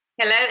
Hello